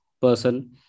person